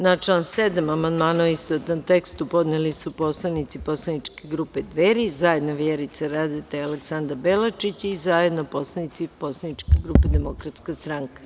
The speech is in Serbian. Na član 7. amandmane, u istovetnom tekstu, podneli su poslanici poslaničke grupe Dveri, zajedno Vjerica Radeta i Aleksandra Belačić i zajedno poslanici poslaničke grupe Demokratska stranka.